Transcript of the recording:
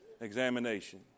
Examination